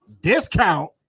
discount